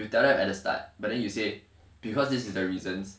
you tell them at the start but then you say because this is the reasons